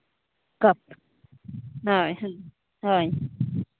ᱠᱟᱯᱷ ᱦᱳᱭ ᱦᱳᱭ